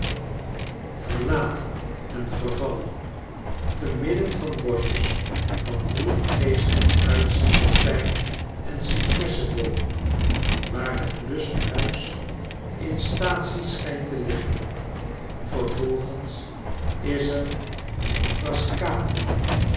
verlaten en vervallen te midden van boschjes van droefgeestig uitziende pijn en cipresseboomen waar het lusthuis in staatsie schijnt te liggen vervolgens is er